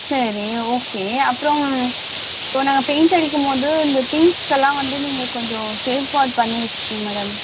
சரி ஓகே அப்புறம் இப்போது நாங்கள் பெயிண்ட் அடிக்கும் போது இந்த திங்ஸ்க்கெல்லாம் வந்து நீங்கள் கொஞ்சம் சேஃப் காட் பண்ணி வச்சுக்கோங்க மேடம்